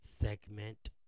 segment